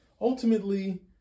Ultimately